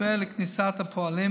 מתווה לכניסת הפועלים